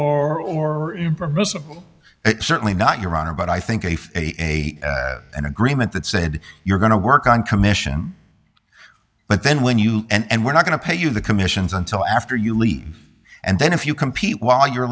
or impermissible certainly not your honor but i think if an agreement that said you're going to work on commission but then when you and we're not going to pay you the commissions until after you leave and then if you compete while you're